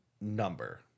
number